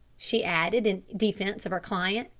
she added in defence of her client.